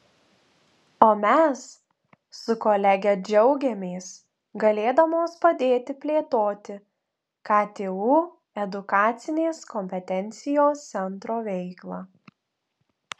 o mes su kolege džiaugiamės galėdamos padėti plėtoti ktu edukacinės kompetencijos centro veiklą